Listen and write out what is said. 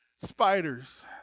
spiders